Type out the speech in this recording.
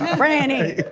frannie.